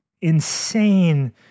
insane